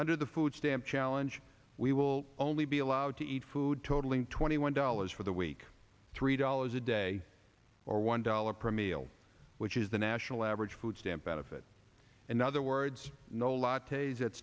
under the food stamp challenge we will only be allowed to eat food totaling twenty one dollars for the week three dollars a day or one dollar per meal which is the national average food stamp benefit in other words no l